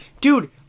Dude